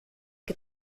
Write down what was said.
que